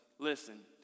Listen